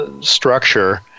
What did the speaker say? structure